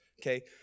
Okay